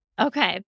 Okay